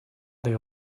that